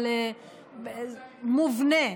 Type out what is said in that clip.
מובנה.